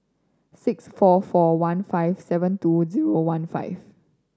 six four four one five seven two zero one five